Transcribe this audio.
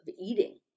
eating